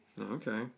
Okay